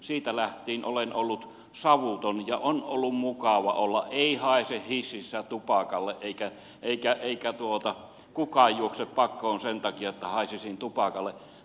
siitä lähtien olen ollut savuton ja on ollut mukava olla ei haise hississä tupakalle eikä kukaan juokse pakoon sen takia että haisisin tupakalle